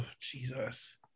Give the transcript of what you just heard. Jesus